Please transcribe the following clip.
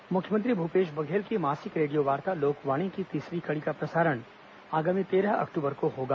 लोकवाणी मुख्यमंत्री भूपेश बघेल की मासिक रेडियोवार्ता लोकवाणी की तीसरी कड़ी का प्रसारण आगामी तेरह अक्टूबर को होगा